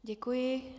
Děkuji.